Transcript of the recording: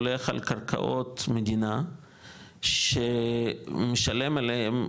הולך על קרקעות מדינה שמשלם עליהם,